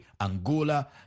Angola